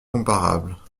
comparables